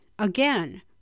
Again